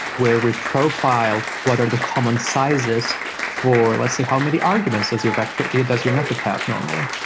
where we profile what are the common sizes for, let's say, how many arguments does your but your yeah does your method have normally?